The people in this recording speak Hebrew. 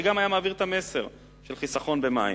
וגם היה מעביר את המסר של חיסכון במים.